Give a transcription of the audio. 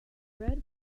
red